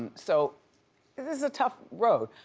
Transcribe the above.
and so this is a tough road.